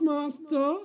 Master